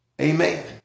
Amen